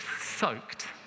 Soaked